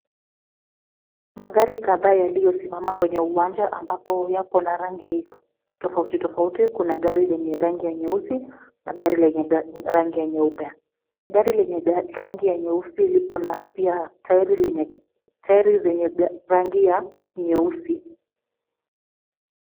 Magari kadha yaliyosimama kwenye uwanja ambapo yapo na rangi tofauti tofuti, kuna gari lenye rangi ya nyeusi na gari lenye rangi ya nyeupe. Gari lenye rangi ya nyeusi liko pia na tairi zenye rangi ya nyeusi.